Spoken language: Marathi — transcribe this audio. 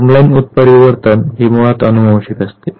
जर्मलाईन उत्परिवर्तन हे मुळात अनुवांशिक असते